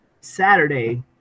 Saturday